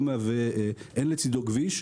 אין לצידו כביש.